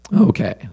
Okay